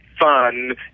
Fun